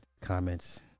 comments